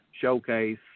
showcase